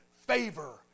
favor